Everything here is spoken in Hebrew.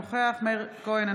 אינו נוכח מאיר כהן,